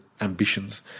ambitions